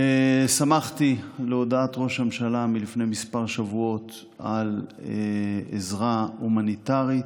שמחתי על הודעת ראש הממשלה מלפני כמה שבועות על עזרה הומניטרית.